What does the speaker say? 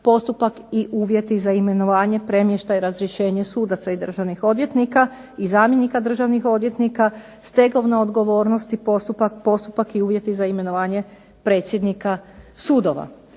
postupak i uvjeti za imenovanje, premještaj, razrješenje sudaca i državnih odvjetnika i zamjenika državnih odvjetnika, stegovna odgovornost i postupak i uvjeti za imenovanje predsjednika sudova.